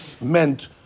meant